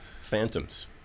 Phantoms